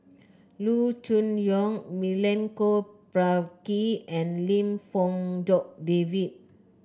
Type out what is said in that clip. Loo Choon Yong Milenko Prvacki and Lim Fong Jock David